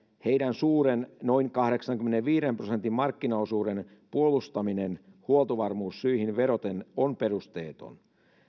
heidän suuren noin kahdeksankymmenenviiden prosentin markkinaosuuden puolustaminen huoltovarmuussyihin vedoten on perusteeton